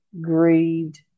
grieved